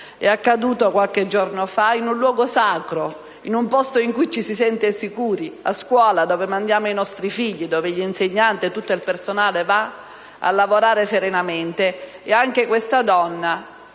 È accaduto qualche giorno fa in un luogo sacro, in un posto in cui ci si sente sicuri: a scuola, dove mandiamo i nostri figli, dove gli insegnanti e tutto il personale vanno a lavorare serenamente;